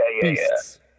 Beasts